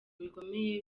bikomeye